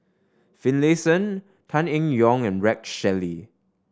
Finlayson Tan Eng Yoon and Rex Shelley